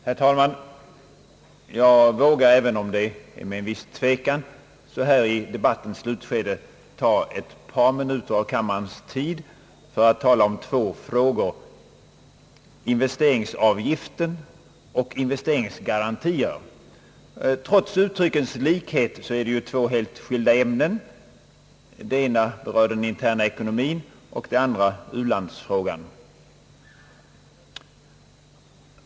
Herr talman! Jag vågar, även om det är med viss tvekan så här i debattens slutskede, ta ett par minuter av kammarens tid i anspråk för att tala om två frågor, nämligen investeringsavgiften och investeringsgarantierna. Trots uttryckens likhet rör det sig om helt skilda ämnen. Det ena berör den interna ekonomin och det andra u-landsfrågan.